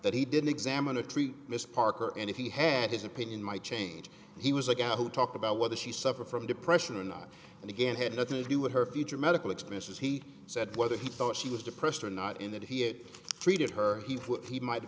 that he didn't examine to treat miss parker and if he had his opinion might change he was a guy who talked about whether she suffered from depression or not and again had nothing to do with her future medical expenses he said whether he thought she was depressed or not in that he treated her he might have